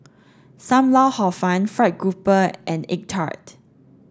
Sam Lau Hor Fun fried grouper and egg tart